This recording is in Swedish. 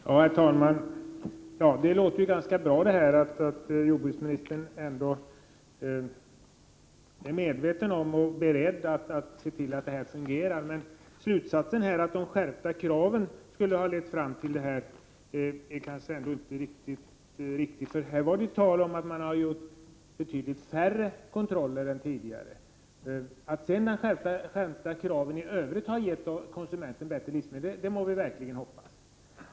Fru talman! Det låter ganska bra att jordbruksministern ändå är medveten om detta och är beredd att se till att det fungerar. Men slutsatsen att de skärpta kraven skulle ha lett fram till en försämrad livsmedelskontroll är kanske inte helt riktig. Det har sagts att man gjort betydligt färre livsmedelskontroller än tidigare. Att de skärpta kraven i övrigt har gett konsumenten bättre livsmedel må vi verkligen hoppas.